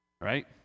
Right